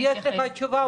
אם יש לך תשובה.